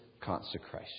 consecration